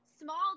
small